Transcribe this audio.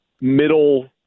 middle